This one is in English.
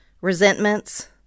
Resentments